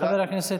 חברי הכנסת,